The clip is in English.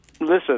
listen